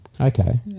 Okay